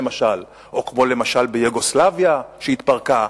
או כמו ביוגוסלביה שהתפרקה,